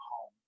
home